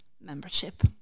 membership